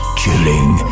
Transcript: chilling